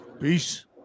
Peace